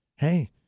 Hey